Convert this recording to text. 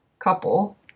couple